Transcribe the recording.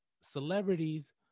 celebrities